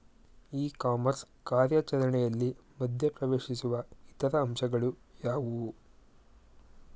E commerce ಕಾರ್ಯಾಚರಣೆಯಲ್ಲಿ ಮಧ್ಯ ಪ್ರವೇಶಿಸುವ ಇತರ ಅಂಶಗಳು ಯಾವುವು?